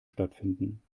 stattfinden